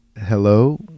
Hello